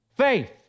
faith